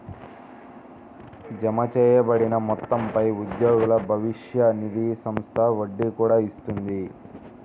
జమచేయబడిన మొత్తంపై ఉద్యోగుల భవిష్య నిధి సంస్థ వడ్డీ కూడా ఇస్తుంది